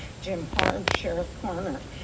jim hart, sheriff coroner,